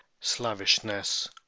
slavishness